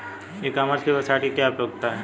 ई commerce की website की क्या उपयोगिता है?